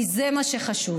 כי זה מה שחשוב.